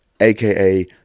aka